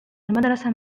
المدرسة